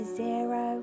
zero